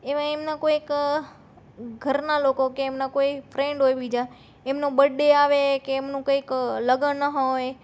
એવા એમના કોઈક ઘરના લોકો કે એમના કોઈ ફ્રેન્ડ હોય બીજા એમનો બર્થડે આવે કે એમનું કંઈક લગ્ન હોય